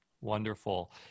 wonderful